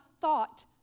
thought